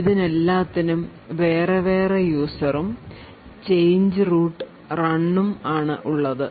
ഇതിന് എല്ലാത്തിനും വേറെ വേറെ യൂസർ ഉം ചേഞ്ച് റൂട്ട് റൺ ഉം ആണ് ഉള്ളത്